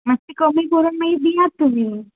मातशी कमी करून मागीर दियात तुमी